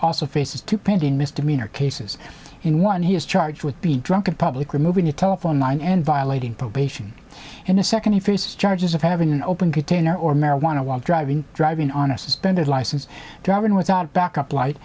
also faces two pending misdemeanor cases in one he is charged with being drunk in public removing a telephone line and violating probation in a second he faces charges of having an open container or marijuana while driving driving on a suspended license driving without backup light